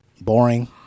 boring